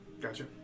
Gotcha